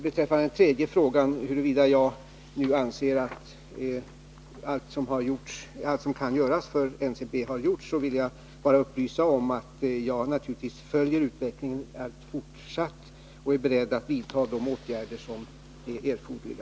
Beträffande den tredje frågan, huruvida jag nu anser att allt som kan göras för NCB har gjorts, vill jag upplysa om att jag naturligtvis följer utvecklingen och är beredd att vidta de åtgärder som är erforderliga.